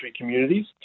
communities